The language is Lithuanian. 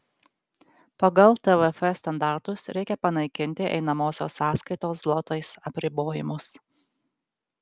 pagal tvf standartus reikia panaikinti einamosios sąskaitos zlotais apribojimus